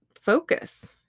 focus